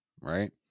Right